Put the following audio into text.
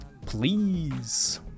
Please